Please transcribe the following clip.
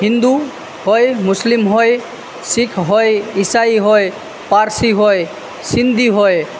હિન્દુ હોય મુસ્લિમ હોય સીખ હોય ઈસાઈ હોય પારસી હોય સિંધી હોય